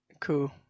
Cool